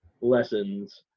lessons